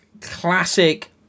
classic